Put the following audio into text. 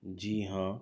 جی ہاں